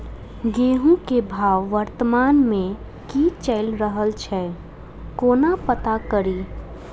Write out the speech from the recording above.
गेंहूँ केँ भाव वर्तमान मे की चैल रहल छै कोना पत्ता कड़ी?